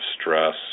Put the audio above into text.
stress